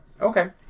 Okay